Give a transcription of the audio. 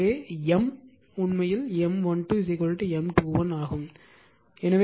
எனவே M உண்மையில் M12 M21 ஆகும்